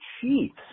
Chiefs